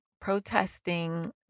protesting